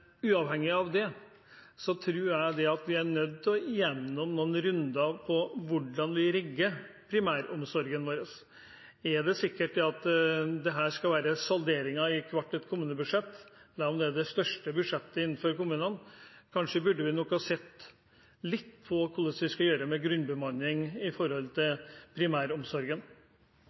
uavhengig av det tror jeg at vi er nødt til å gå noen runder på hvordan vi rigger primæromsorgen vår. Er det sikkert at dette skal være salderinger i hvert et kommunebudsjett selv om det er det største budsjettet i kommunene? Kanskje vi burde sett litt på hvordan vi skal gjøre det med grunnbemanning i primæromsorgen.